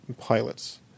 pilots